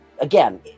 again